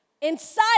Inside